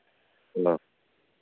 hello